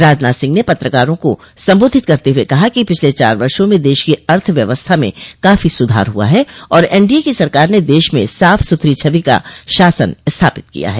राजनाथ सिंह ने पत्रकारों को संबोधित करते हुए कहा कि पिछले चार वर्षो में देश की अर्थ व्यवस्था में काफी सुधार हुआ है और एनडीए की सरकार ने देश में साफ सुथरी छवि का शासन स्थापित किया है